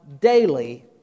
daily